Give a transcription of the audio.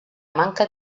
manca